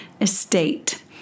estate